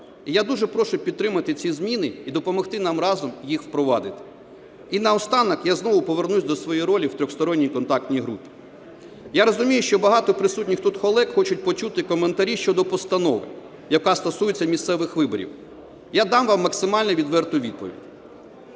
Я дуже прошу підтримати ці зміни і допомогти нам разом їх впровадити. І наостанок я знову повернусь до своєї ролі в Тристоронній контактній групі. Я розумію, що багато присутніх тут колег хочуть почути коментарі щодо постанови, яка стосується місцевих виборів. Я дам вам максимально відверту відповідь.